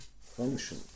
function